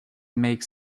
make